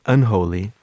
Unholy